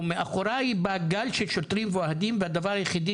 ומאחוריי בא גל של שוטרים ואוהדים והדבר היחידי